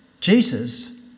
Jesus